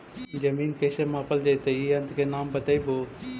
जमीन कैसे मापल जयतय इस यन्त्र के नाम बतयबु?